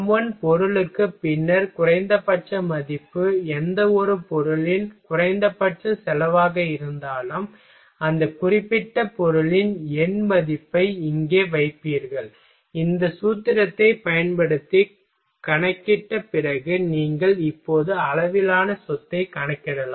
m1 பொருளுக்கு பின்னர் குறைந்தபட்ச மதிப்பு எந்தவொரு பொருளின் குறைந்தபட்ச செலவாக இருந்தாலும் அந்த குறிப்பிட்ட பொருளின் எண் மதிப்பை இங்கே வைப்பீர்கள் இந்த சூத்திரத்தைப் பயன்படுத்தி கணக்கிட்ட பிறகு நீங்கள் இப்போது அளவிலான சொத்தை கணக்கிடலாம்